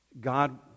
God